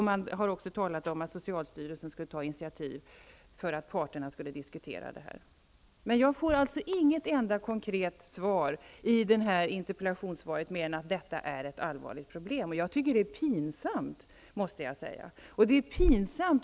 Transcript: Man har också talat om att socialstyrelsen skall ta initiativ för att parterna skall diskutera detta. Jag får alltså i interpellationssvaret inte ett enda konkret svar på mina frågor, utan socialministern konstaterar bara att detta är ett allvarligt problem. Jag måste säga att jag tycker att det är pinsamt.